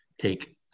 take